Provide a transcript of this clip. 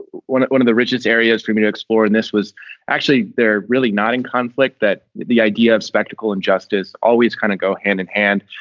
one that one of the richest areas for me to explore and this was actually there really not in conflict, that the idea of spectacle and justice always kind of go hand-in-hand.